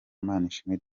manishimwe